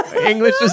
English